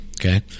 Okay